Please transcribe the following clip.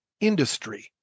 industry